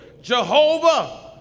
Jehovah